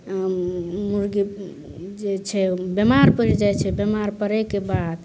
मुर्गी जे छै बेमार पड़ि जाइ छै बेमार पड़ैके बाद